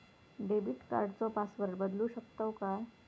Debit कार्डचो password बदलु शकतव काय?